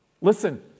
listen